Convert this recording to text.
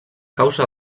causa